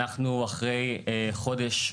אנחנו אחרי חודש,